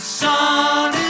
sun